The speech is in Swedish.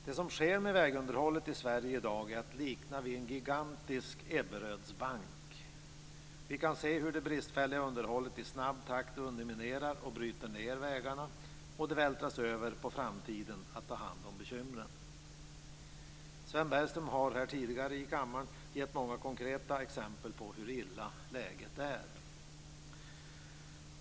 Det som sker med vägunderhållet i Sverige i dag är att likna vid en gigantisk Ebberöds bank. Vi kan se hur det bristfälliga underhållet i snabb takt underminerar och bryter ned vägarna. Det vältras över på framtiden att ta hand om bekymren. Sven Bergström har här tidigare i kammaren gett många konkreta exempel på hur illa läget är.